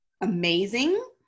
amazing